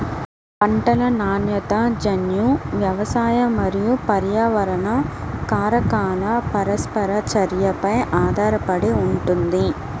పంటల నాణ్యత జన్యు, వ్యవసాయ మరియు పర్యావరణ కారకాల పరస్పర చర్యపై ఆధారపడి ఉంటుంది